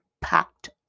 packed